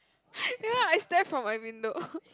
ya I stand from my window